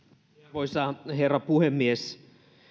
arvoisa herra puhemies